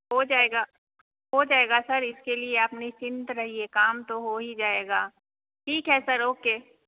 हो जाएगा हो जाएगा सर इसके लिए आप निश्चित रहिए काम तो हो ही जाएगा ठीक है सर ओके